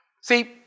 See